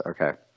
okay